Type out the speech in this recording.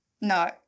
no